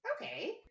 Okay